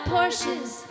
Porsches